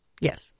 Yes